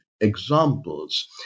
examples